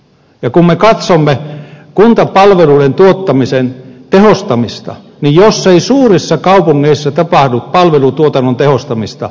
ja kun me katsomme kuntapalveluiden tuottamisen tehostamista niin jos ei suurissa kaupungeissa tapahdu palvelutuotannon tehostamista niin ei tästä mitään tule